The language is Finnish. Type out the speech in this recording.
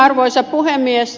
arvoisa puhemies